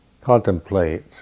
contemplate